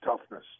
toughness